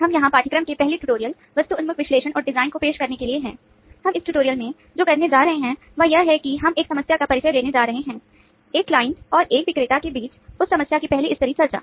हम यहां पाठ्यक्रम के पहले ट्यूटोरियल वस्तु उन्मुख विश्लेषण और डिजाइन और एक विक्रेता के बीच उस समस्या की पहली स्तरीय चर्चा